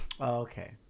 Okay